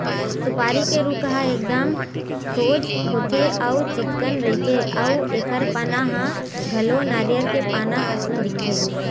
सुपारी के रूख ह एकदम सोझ होथे अउ चिक्कन रहिथे अउ एखर पाना ह घलो नरियर के पाना असन दिखथे